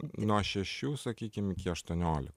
nuo šešių sakykim iki aštuoniolikos